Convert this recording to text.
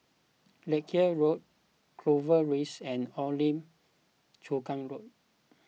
Larkhill Road Clover Rise and Old Lim Chu Kang Road